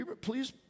please